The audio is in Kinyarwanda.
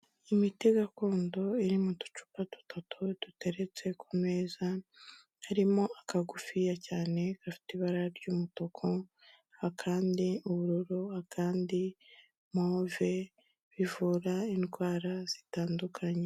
Imiti gakondo iri mu ducupa dutatu duteretse ku meza, harimo akagufiya cyane gafite ibara ry'umutuku, kandi ubururu, kandi move bivura indwara zitandukanye.